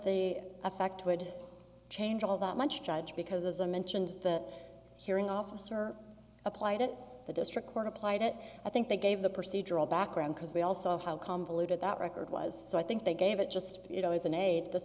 the effect would change all that much judge because as i mentioned the hearing officer applied it to the district court applied it i think they gave the procedural background because we all saw how convoluted that record was so i think they gave it just you know as an aide this